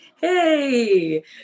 hey